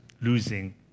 losing